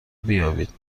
بیابید